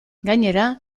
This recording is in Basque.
gainera